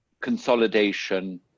consolidation